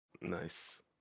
Nice